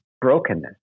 brokenness